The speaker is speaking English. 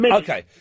Okay